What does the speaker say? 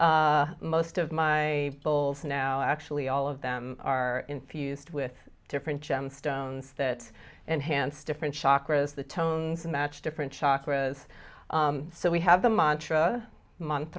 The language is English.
alene most of my goals now actually all of them are infused with different gemstones that enhance different shocker as the tones match different shock rows so we have the mont